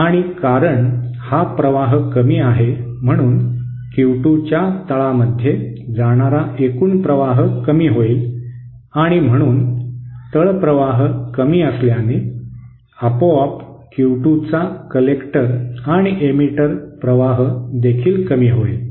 आणि कारण हा प्रवाह कमी आहे म्हणून Q2 च्या तळामध्ये जाणारा एकूण प्रवाह कमी होईल आणि म्हणून तळ प्रवाह कमी असल्याने आपोआप Q2 चा संग्राहक आणि एमिटर प्रवाह देखील कमी होईल